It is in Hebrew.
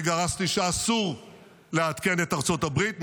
אני גרסתי שאסור לעדכן את ארצות הברית,